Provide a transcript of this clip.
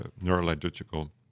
neurological